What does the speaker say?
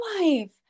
life